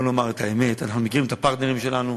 בואו נאמר את האמת: אנחנו מכירים את ה"פרטנרים" שלנו,